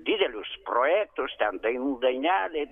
didelius projektus ten dainų dainelė